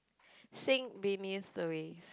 sink beneath the waves